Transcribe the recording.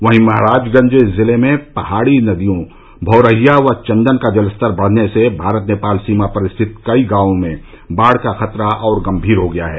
वहीं महराजगंज जिले में पहाड़ी नदियों भौरहिया व चन्दन का जलस्तर बढ़ने से भारत नेपाल सीमा पर स्थित कई गांवों में बाढ़ का खतरा और गम्भीर हो गया है